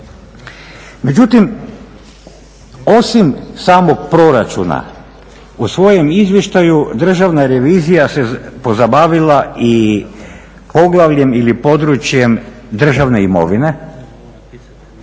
Međutim, osim samog proračuna u svojem izvještaju državna revizija se pozabavila i poglavljem ili područjem državne imovine